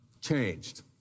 changed